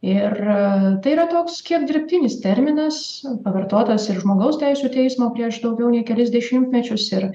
ir tai yra toks kiek dirbtinis terminas pavartotas ir žmogaus teisių teismo prieš daugiau nei kelis dešimtmečius ir